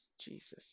Jesus